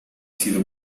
sido